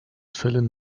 fällen